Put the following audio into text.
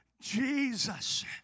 Jesus